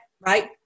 right